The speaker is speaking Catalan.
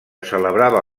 celebrava